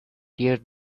tear